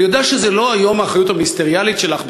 אני יודע שהיום זו לא האחריות המיניסטריאלית שלך,